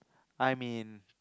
I mean